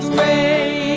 way